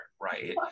right